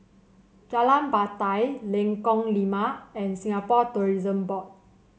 Jalan Batai Lengkong Lima and Singapore Tourism Board